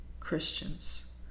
Christians